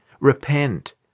Repent